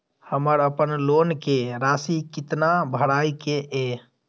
हमर अपन लोन के राशि कितना भराई के ये?